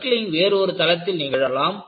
buckling வேறொரு தளத்தில் நிகழலாம்